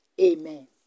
amen